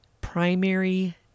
primary